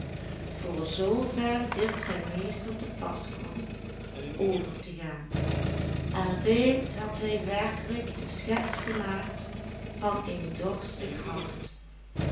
voor zoover dit zijn meester te pas kwam over te gaan en reeds had hij werkelijk de schets gemaakt van een dorstig hart